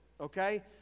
okay